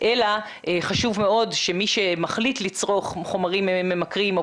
אלא חשוב מאוד שמי שמחליט לצרוך חומרים ממכרים או